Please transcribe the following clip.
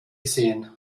gesehen